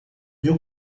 meu